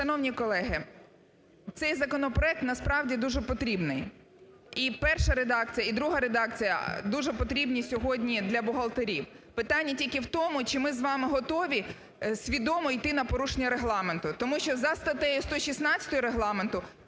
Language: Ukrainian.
Шановні колеги, цей законопроект, насправді дуже потрібний і перша редакція, і друга редакція дуже потрібні сьогодні для бухгалтерів. Питання тільки в тому, чи ми з вами готові свідомо йти на порушення Регламенту. Тому що за статтею 116 Регламенту